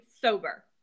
sober